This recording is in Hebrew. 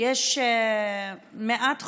יש מעט חוקים,